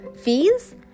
fees